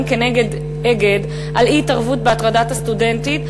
נגד "אגד" על אי-התערבות בהטרדת הסטודנטית,